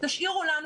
תשאירו לנו,